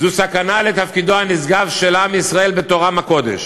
סכנה לתפקידו הנשגב של עם ישראל בתור עם הקודש.